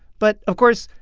but, of course,